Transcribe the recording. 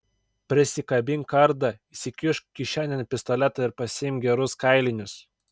prisikabink kardą įsikišk kišenėn pistoletą ir pasiimk gerus kailinius